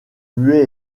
muet